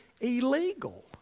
illegal